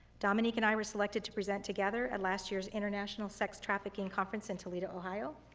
dominique and i were selected to present together at last year's international sex trafficking conference in toledo, ohio,